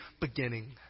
beginning